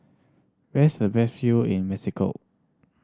where is the best view in Mexico